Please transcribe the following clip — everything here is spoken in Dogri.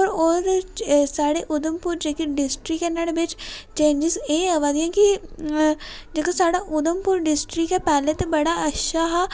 ओह्दे च ऐ साढ़ी उधमपुर जेह्की डिस्टिक ऐ नाह्ड़े च चेंजिंस ऐ बनिये आबा दियां के जेह्का साढ़ा उधमपुर डिस्टिक ऐ पेह्लै ते बड़ा अच्छा हा